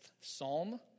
psalm